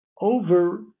over